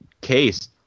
case